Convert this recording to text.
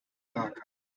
lager